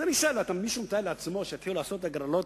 אז אני שואל: מישהו מתאר לעצמו שיתחילו לעשות הגרלות?